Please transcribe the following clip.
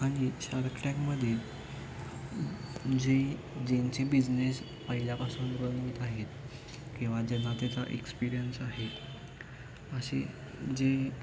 आणि शार्क टँकमध्ये जे ज्यांचे बिझनेस पहिल्यापासून रन होत आहेत किंवा ज्यांना त्याचा एक्सपीरियन्स आहे असे जे